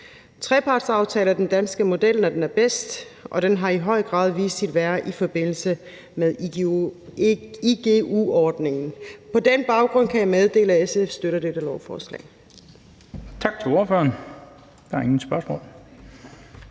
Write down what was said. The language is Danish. Trepartsaftalen er den danske model, når den er bedst, og den har i høj grad vist sit værd i forbindelse med igu-ordningen. På den baggrund kan jeg meddele, at SF støtter dette lovforslag.